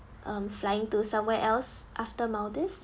um flying to somewhere else after maldives